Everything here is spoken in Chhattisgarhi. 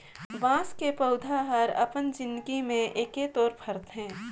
बाँस के पउधा हर अपन जिनगी में एके तोर फरथे